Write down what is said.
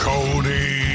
Cody